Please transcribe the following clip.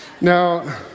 Now